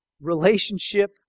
relationship